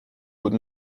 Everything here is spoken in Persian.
بود